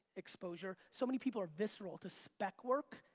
exposure. so many people are visceral to spec work.